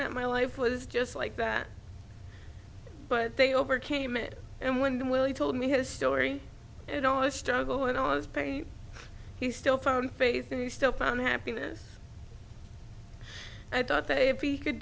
that my life was just like that but they overcame it and when willie told me his story and all the struggle and all his pain he still found faith and he still found happiness i thought that if he could